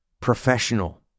professional